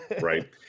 Right